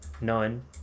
None